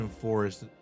Forest